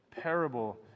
parable